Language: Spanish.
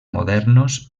modernos